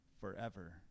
forever